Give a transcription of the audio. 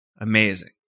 amazing